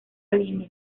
línea